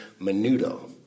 menudo